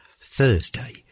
Thursday